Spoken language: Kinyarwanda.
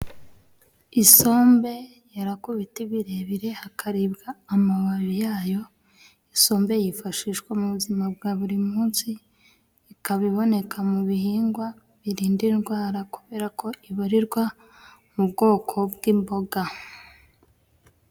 Isombe yera kubita birebire hakaribwa amababi yayo. Isombe yifashishwa mu buzima bwa buri munsi ikaba iboneka mu bihingwa birinda indwara kubera ko ibarirwa mu bwoko bw'imboga.